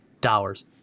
dollars